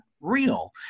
real